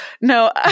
no